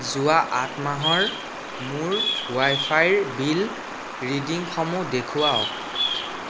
যোৱা আঠ মাহৰ মোৰ ৱাই ফাইৰ বিল ৰিডিংসমূহ দেখুৱাওক